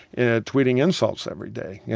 and ah tweeting insults every day? yeah